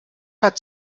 hat